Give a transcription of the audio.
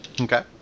Okay